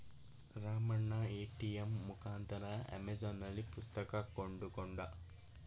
Ramanna ATM ಮುಖಾಂತರ ಅಮೆಜಾನ್ನಲ್ಲಿ ಪುಸ್ತಕ ಕೊಂಡುಕೊಂಡ